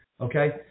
okay